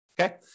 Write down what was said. okay